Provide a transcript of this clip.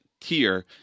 tier